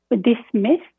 dismissed